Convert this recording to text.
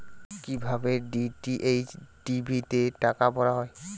কি ভাবে DTH TV তে টাকা ভরা হয়?